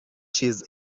چیز